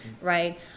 right